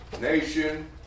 nation